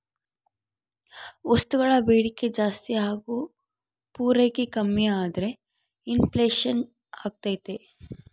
ವಸ್ತುಗಳ ಬೇಡಿಕೆ ಜಾಸ್ತಿಯಾಗಿ ಹಾಗು ಪೂರೈಕೆ ಕಮ್ಮಿಯಾದ್ರೆ ಇನ್ ಫ್ಲೇಷನ್ ಅಗ್ತೈತೆ